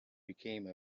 became